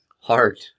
hard